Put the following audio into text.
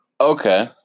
Okay